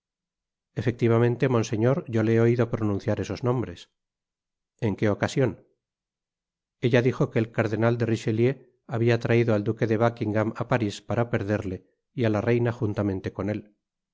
efectivamente monseñor yo le he oido pronunciar esos nombres en qué ocasion ella dijo que el cardenal de richelieu habia atraido al duque de buckingam á paris para perderle y á la reina juntamente con él